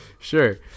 Sure